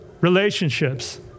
relationships